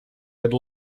had